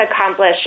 accomplish